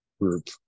group